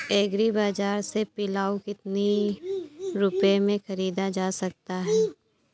Agree बाजार से पिलाऊ कितनी रुपये में ख़रीदा जा सकता है?